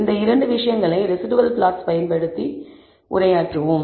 இந்த 2 விஷயங்களை residual plots பயன்படுத்தி உரையாற்றுவோம்